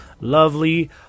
lovely